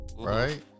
Right